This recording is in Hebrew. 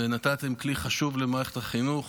ונתתם כלי חשוב למערכת החינוך.